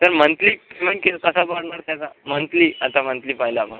sir monthly payment की कसा पडणार त्याचा मंथली आता मंथली पाहिलं आपण